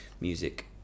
music